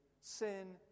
sin